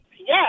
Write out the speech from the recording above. Yes